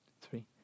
three